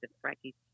Frankie